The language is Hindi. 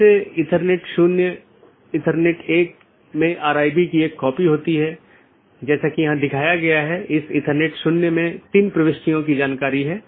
गैर संक्रमणीय में एक और वैकल्पिक है यह मान्यता प्राप्त नहीं है इस लिए इसे अनदेखा किया जा सकता है और दूसरी तरफ प्रेषित नहीं भी किया जा सकता है